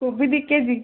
କୋବି ଦୁଇକେଜି